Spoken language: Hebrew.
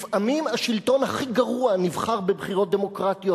לפעמים השלטון הכי גרוע נבחר בבחירות דמוקרטיות.